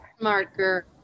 Marker